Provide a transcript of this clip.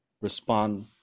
respond